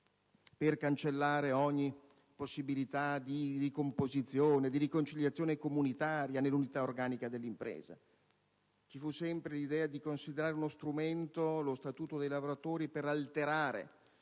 per cancellare ogni possibilità di ricomposizione, di riconciliazione comunitaria nell'unità organica dell'impresa. Ci fu sempre l'idea di considerare lo strumento Statuto dei lavoratori per alterare